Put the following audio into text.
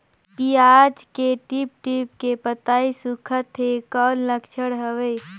पियाज के टीप टीप के पतई सुखात हे कौन लक्षण हवे?